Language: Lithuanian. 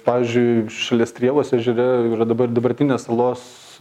pavyzdžiui šalia strėvos ežere yra dabar dabartinės salos